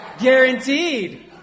Guaranteed